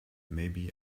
maybe